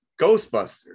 Ghostbusters